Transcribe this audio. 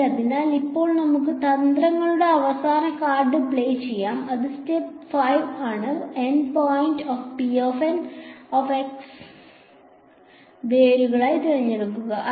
അതിനാൽ ഇപ്പോൾ നമുക്ക് തന്ത്രങ്ങളുടെ അവസാന കാർഡ് പ്ലേ ചെയ്യാം അത് സ്റ്റെപ്പ് 5 ആണ് N പോയിന്റുകൾ വേരുകളായി തിരഞ്ഞെടുക്കുകയാണെങ്കിൽ